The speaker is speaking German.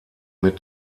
mit